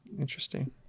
Interesting